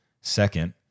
Second